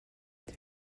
when